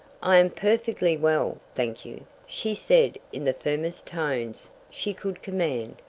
i am perfectly well, thank you, she said in the firmest tones she could command,